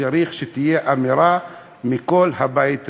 וצריך שתהיה אמירה מכל הבית הזה,